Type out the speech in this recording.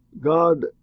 God